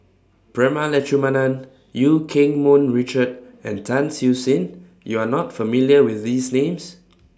Prema Letchumanan EU Keng Mun Richard and Tan Siew Sin YOU Are not familiar with These Names